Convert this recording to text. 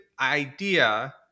idea